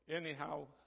anyhow